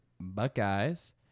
Buckeyes